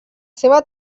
seva